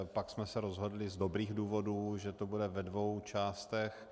Pak jsme se rozhodli z dobrých důvodů, že to bude ve dvou částech.